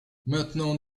maintenant